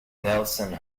nelson